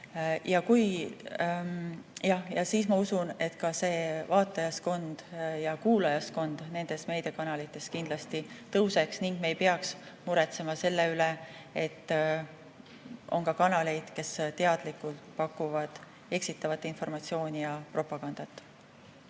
Ja siis, ma usun, vaatajaskond ja kuulajaskond nendes meediakanalites kindlasti [suureneks] ning me ei peaks muretsema selle üle, et on ka kanaleid, kes teadlikult pakuvad eksitavat informatsiooni ja propagandat.